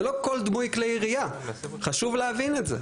זה לא כל דמוי כלי ירייה, חשוב להגיד את זה.